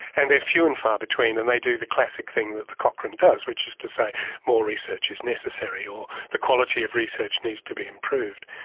and they are few and far between and they do the classic thing that the cochrane does, which is to say more research is necessary, or the quality of research needs to be improved.